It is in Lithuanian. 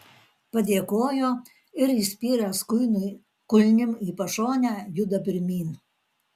padėkojo ir įspyręs kuinui kulnim į pašonę juda pirmyn